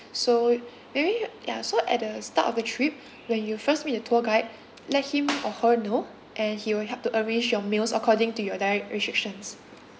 so y~ maybe ya so at the start of the trip when you first meet the tour guide let him or her know and he will help to arrange your meals according to your diet restrictions